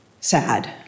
sad